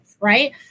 right